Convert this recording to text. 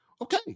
okay